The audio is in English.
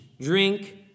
drink